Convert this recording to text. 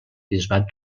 bisbat